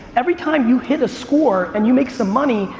every time you hit a score and you make some money,